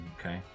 Okay